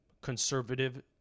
conservative